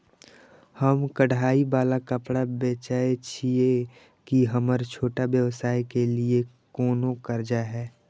हम कढ़ाई वाला कपड़ा बेचय छिये, की हमर छोटा व्यवसाय के लिये कोनो कर्जा है?